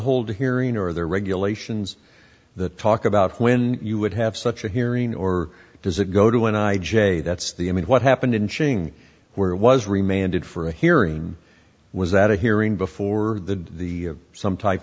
hold a hearing or there are regulations that talk about when you would have such a hearing or does it go to an i j that's the i mean what happened inching where it was remain ended for a hearing was that a hearing before the the some type